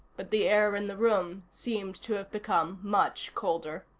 but the air in the room seemed to have become much colder.